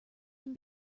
can